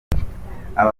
aba